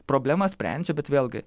problemą sprendžia bet vėlgi